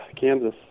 Kansas